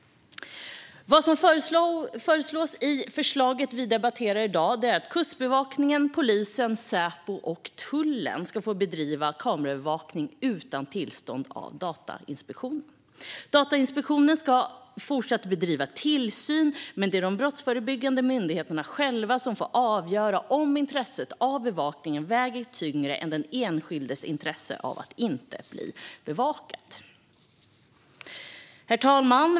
Vad som föreslås i det betänkande vi debatterar i dag är att Kustbevakningen, polisen, Säpo och tullen ska få bedriva kameraövervakning utan tillstånd av Datainspektionen. Datainspektionen ska fortsatt bedriva tillsyn, men det är de brottsförebyggande myndigheterna själva som får avgöra om intresset av bevakning väger tyngre än den enskildes intresse av att inte bli bevakad. Herr talman!